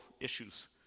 issues